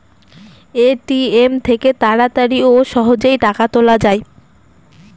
ATM থেকে তাড়াতাড়ি ও সহজেই টাকা তোলা যায়